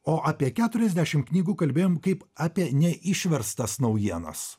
o apie keturiasdešimt knygų kalbėjom kaip apie ne išverstas naujienas